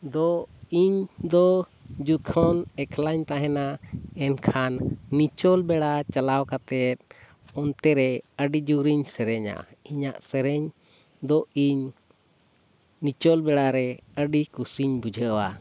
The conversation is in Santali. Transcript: ᱫᱚ ᱤᱧᱫᱚ ᱡᱚᱠᱷᱚᱱ ᱮᱠᱞᱟᱧ ᱛᱟᱦᱮᱱᱟ ᱮᱱᱠᱷᱟᱱ ᱱᱤᱪᱚᱞ ᱵᱮᱲᱟ ᱪᱟᱞᱟᱣ ᱠᱟᱛᱮᱫ ᱚᱱᱛᱮᱨᱮ ᱟᱹᱰᱤ ᱡᱳᱨᱤᱧ ᱥᱮᱨᱮᱧᱟ ᱤᱧᱟᱹᱜ ᱥᱮᱨᱮᱧᱫᱚ ᱤᱧ ᱱᱤᱪᱚᱞ ᱵᱮᱲᱟᱨᱮ ᱟᱹᱰᱤ ᱠᱩᱥᱤᱧ ᱵᱩᱡᱷᱟᱹᱣᱟ